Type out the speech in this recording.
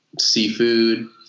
seafood